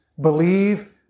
believe